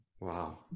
Wow